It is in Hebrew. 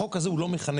החוק הזה לא מחנך.